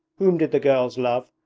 whom did the girls love?